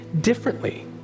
differently